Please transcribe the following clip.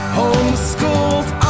homeschooled